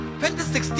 2016